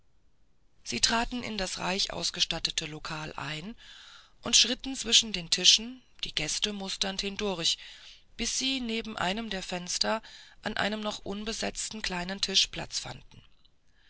sie traten in das reich ausgestattete lokal ein und schritten zwischen den tischen die gäste musternd hindurch bis sie neben einem der fenster an einem noch unbesetzten kleinen tisch platz fanden